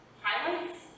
Highlights